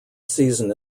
season